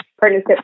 partnership